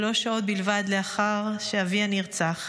שלוש שעות בלבד לאחר שאביה נרצח,